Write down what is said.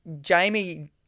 Jamie